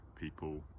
People